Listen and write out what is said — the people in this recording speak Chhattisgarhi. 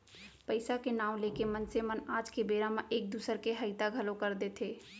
पइसा के नांव लेके मनसे मन आज के बेरा म एक दूसर के हइता घलौ कर देथे